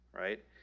right